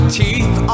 teeth